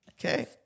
Okay